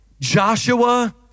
Joshua